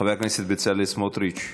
חבר הכנסת בצלאל סמוטריץ,